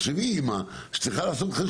תחשבי על האימא שצריכה לעשות חשבון.